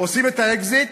עושים את האקזיט,